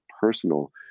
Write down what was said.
personal